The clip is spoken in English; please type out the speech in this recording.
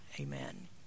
Amen